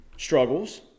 struggles